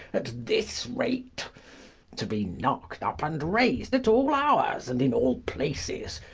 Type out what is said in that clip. at this rate to be knocked up and raised at all hours, and in all places.